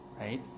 right